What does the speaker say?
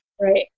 Right